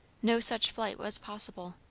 no such flight was possible.